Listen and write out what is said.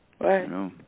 Right